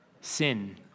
sin